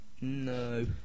No